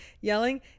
yelling